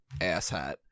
asshat